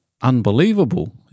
unbelievable